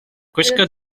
gwisga